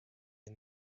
est